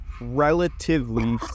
relatively